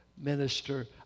minister